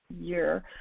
year